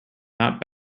not